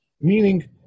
meaning